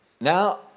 now